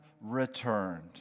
returned